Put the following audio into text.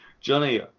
Johnny